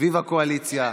סביב הקואליציה,